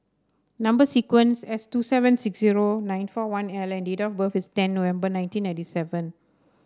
number sequence S two seven six zero nine four one L and date of birth is ten November nineteen ninety seven